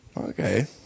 Okay